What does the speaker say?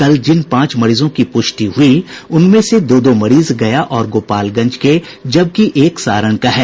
कल जिन पांच मरीजों की पुष्टि हुयी उनमें से दो दो मरीज गया और गोपालगंज के जबकि एक सारण का है